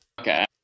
Okay